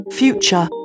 future